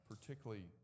particularly